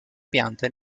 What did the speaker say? pianta